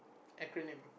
acronym